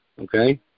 Okay